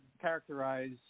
characterize